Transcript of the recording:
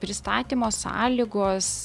pristatymo sąlygos